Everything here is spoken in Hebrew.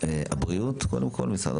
ראש צוות,